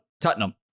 Tottenham